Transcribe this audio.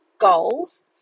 goals